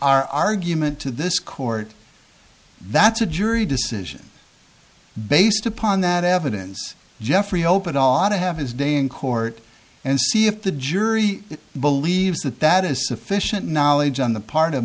our argument to this court that's a jury decision based upon that evidence jeffrey open ought to have his day in court and see if the jury believes that that is sufficient knowledge on the part of